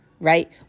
Right